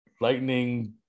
lightning